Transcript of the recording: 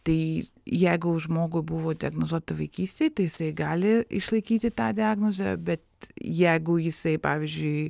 tai jeigu žmogui buvo diagnozuota vaikystėj tai jisai gali išlaikyti tą diagnozę bet jeigu jisai pavyzdžiui